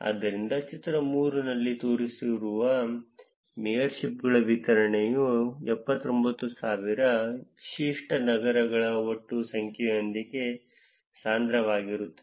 ಆದ್ದರಿಂದ ಚಿತ್ರ 3 ನಲ್ಲಿ ತೋರಿಸಿರುವ ಮೇಯರ್ಶಿಪ್ಗಳ ವಿತರಣೆಯು 79000 ವಿಶಿಷ್ಟ ನಗರಗಳ ಒಟ್ಟು ಸಂಖ್ಯೆಯೊಂದಿಗೆ ಸಾಂದ್ರವಾಗಿರುತ್ತದೆ